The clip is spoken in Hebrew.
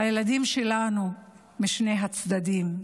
הילדים שלנו משני הצדדים.